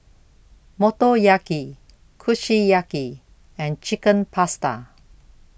Motoyaki Kushiyaki and Chicken Pasta